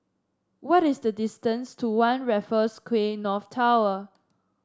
what is the distance to One Raffles Quay North Tower